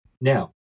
now